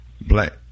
Black